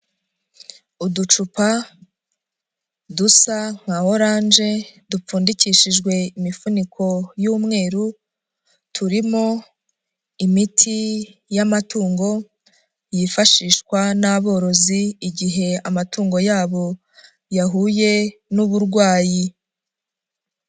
Uducupa dusa nka orange dupfundikishijwe imifuniko y'umweru, turimo imiti y'amatungo, yifashishwa n,aborozi, igihe amatungo yabo yahuye n'uburwayi.